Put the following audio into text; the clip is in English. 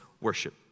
worship